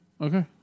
Okay